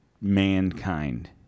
mankind